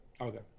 okay